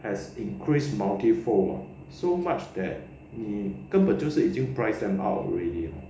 has increased multifold ah so much that 你根本就是已经 price them out already